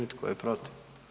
I tko je protiv?